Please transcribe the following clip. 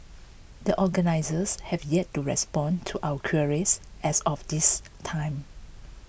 the organisers have yet to respond to our queries as of this time